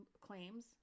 claims